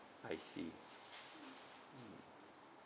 I see mmhmm